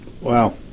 Wow